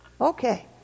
okay